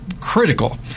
critical